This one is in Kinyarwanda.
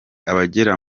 abagera